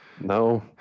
no